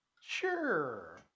Sure